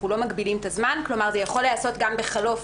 לא יחולו לגביו,